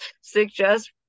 suggest